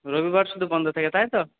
রবিবার শুধু বন্ধ থাকে তাই তো